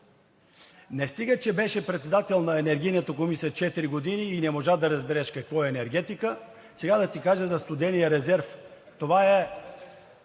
Не стига, че беше председател на Енергийната комисия четири години и не можа да разбереш какво е енергетика, сега да ти кажа за студения резерв. Това е